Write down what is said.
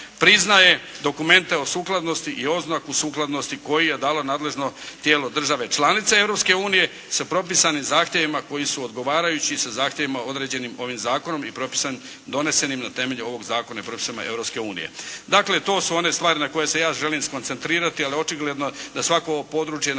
priznaje dokumente o sukladnosti i oznaku sukladnosti koji je dala nadležno tijelo države članice Europske unije sa propisanim zahtjevima koji su odgovarajući sa zahtjevima određenim ovim zakonom i donesenim na temelju ovoga zakona i propisima Europske unije. Dakle, to su one stvari na koje se ja želim skoncentrirati ali očigledno je da svako ovo područje na